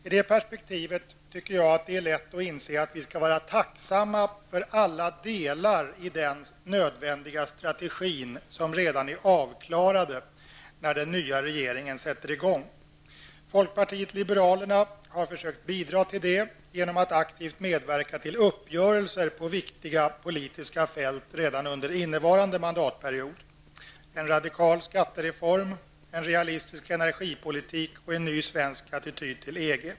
I det perspektivet tycker jag att det är lätt att inse att vi skall vara tacksamma för alla delar i den nödvändiga strategin som redan är avklarade när den nya regeringen tillträder. Folkpartiet liberalerna har försökt bidra till det genom att aktivt medverka till uppgörelser på viktiga politiska fält redan under innevarande mandatperiod: en radikal skattereform, en realistisk energipolitik och en ny svensk attityd till EG.